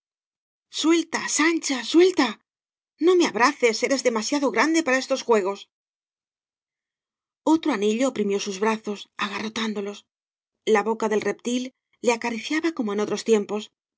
suelta sancha suelta no me abraces eres demasiado grande para estos juegos otro anillo oprimió sus brazos agarrotándolos la boca del reptil le acariciaba como en otros tiempos